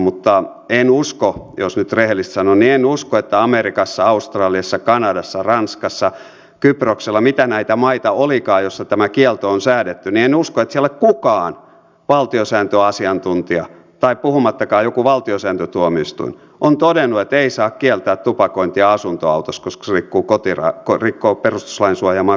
mutta en usko jos nyt rehellisesti sanon että amerikassa australiassa kanadassa ranskassa kyproksella mitä näitä maita olikaan joissa tämä kielto on säädetty kukaan valtiosääntöasiantuntija tai puhumattakaan joku valtiosääntötuomioistuin on todennut että ei saa kieltää tupakointia asuntoautossa koska se rikkoo perustuslain suojaamaa kotirauhaa